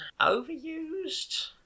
overused